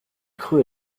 creux